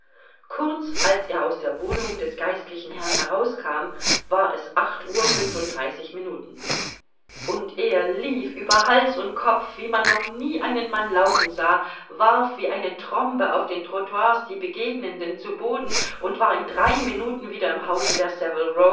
kurz als er aus der wohnung des geistlichen herrn herauskam war es acht uhr fünfunddreißig minuten und er lief über hals und kopf wie man noch nie einen mann laufen sah warf wie eine trombe auf den trottoirs die begegnenden zu boden und war in drei minuten wieder im hause der